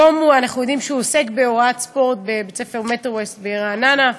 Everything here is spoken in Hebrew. היום אנחנו יודעים שהוא עוסק בהוראת ספורט בבית-ספר "מטרו-ווסט" ברעננה,